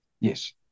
Yes